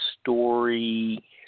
story